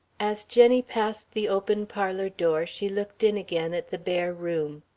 as jenny passed the open parlour door, she looked in again at the bare room.